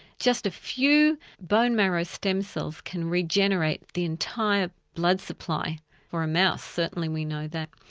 just a few bone marrow stem cells can regenerate the entire blood supply for a mouse, certainly we know that.